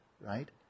right